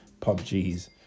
PUBGs